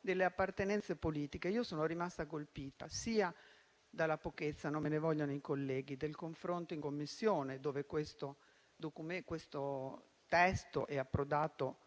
delle appartenenze politiche. Sono rimasta colpita dalla pochezza - non me ne vogliano i colleghi - del confronto in Commissione, dove questo testo è approdato